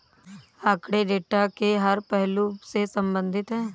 आंकड़े डेटा के हर पहलू से संबंधित है